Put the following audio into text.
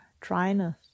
dryness